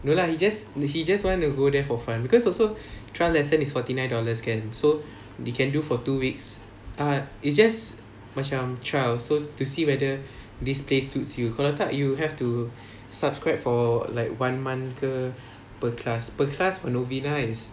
no lah he just he just want to go there for fun because also trial lesson is forty nine dollars kan so they can do for two weeks ah it's just macam trial so to see whether this place suits you kalau tak you have to subscribe for like one month ke per class per class for novena is